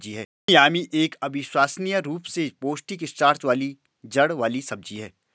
बैंगनी यामी एक अविश्वसनीय रूप से पौष्टिक स्टार्च वाली जड़ वाली सब्जी है